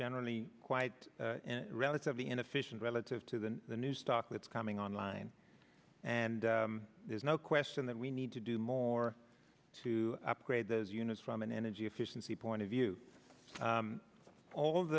generally quite relatively inefficient relative to the the new stock that's coming online and there's no question that we need to do more to upgrade those units from an energy efficiency point of view all of